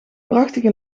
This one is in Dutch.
prachtige